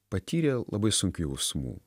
patyrė labai sunkių jausmų